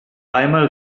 einmal